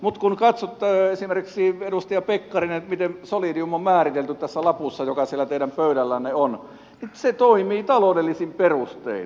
mutta kun katsotte esimerkiksi edustaja pekkarinen miten solidium on määritelty tässä lapussa joka siellä teidän pöydällänne on niin se toimii taloudellisin perustein